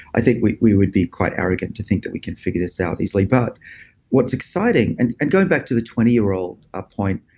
i think we we would be quite arrogant to think that we can figure this out easily but what's exciting and and going back to the twenty year old ah point,